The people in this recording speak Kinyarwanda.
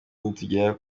nitugera